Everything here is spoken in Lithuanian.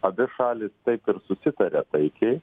abi šalys taip ir susitarė taikiai